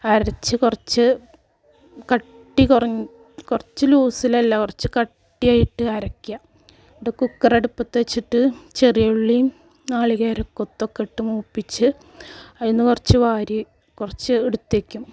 അരച്ച് കുറച്ച് കട്ടി കുറ കുറച്ച് ലൂസിൽ അല്ല കുറച്ച് കട്ടിയായിട്ട് അരയ്ക്കുക എന്നിട്ട് കുക്കർ അടുപ്പത്ത് വെച്ചിട്ട് ചെറിയ ഉള്ളിയും നാളികേരക്കൊത്തൊക്കെ ഇട്ട് മൂപ്പിച്ച് അതിൽ നിന്ന് കുറച്ച് വാരി കുറച്ച് എടുത്തു വയ്ക്കും